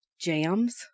jams